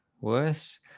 worse